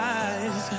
eyes